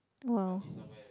!wow!